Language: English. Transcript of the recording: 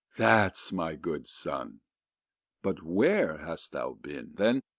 that's my good son but where hast thou been then?